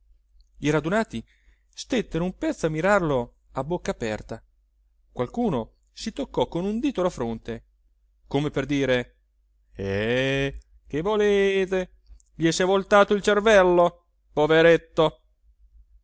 i radunati stettero un pezzo a mirarlo a bocca aperta qualcuno si toccò con un dito la fronte come per dire eh che volete gli sè voltato il cervello poveretto